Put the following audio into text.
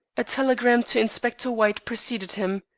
a telegram to inspector white preceded him.